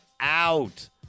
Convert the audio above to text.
out